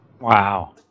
Wow